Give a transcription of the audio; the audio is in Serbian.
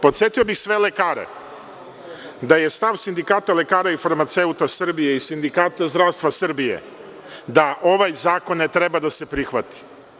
Podsetio bih sve lekare da je stav Sindikata lekara i farmaceuta Srbije i Sindikata zdravstva Srbije da ovaj zakon ne treba da se prihvati.